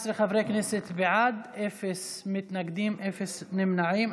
19 חברי כנסת בעד, אפס מתנגדים, אפס נמנעים.